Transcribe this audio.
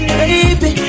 baby